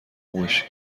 باشی